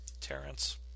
Terrence